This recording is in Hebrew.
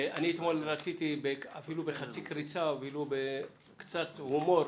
אני אתמול רציתי, אפילו בחצי קריצה וקצת הומור,